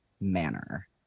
manner